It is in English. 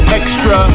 extra